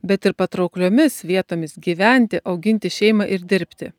bet ir patraukliomis vietomis gyventi auginti šeimą ir dirbti